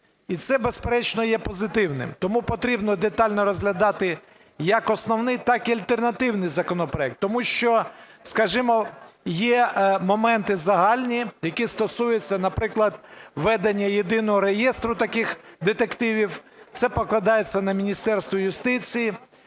І це, безперечно, є позитивним. Тому потрібно детально розглядати як основний, так і альтернативний законопроект. Тому що, скажімо, є моменти загальні, які стосуються, наприклад, ведення єдиного реєстру таких детективів, це покладається на Міністерство юстиції.